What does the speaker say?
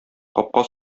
капка